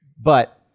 But-